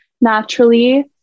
naturally